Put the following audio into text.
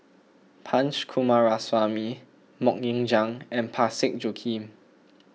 Punch Coomaraswamy Mok Ying Jang and Parsick Joaquim